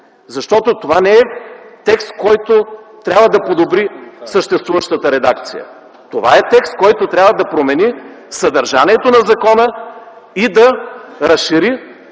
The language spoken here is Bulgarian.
Защото това не e текст, който трябва да подобри съществуващата редакция, това е текст, който трябва да промени съдържанието на закона и да разшири